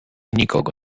nikogo